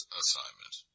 assignment